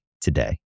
today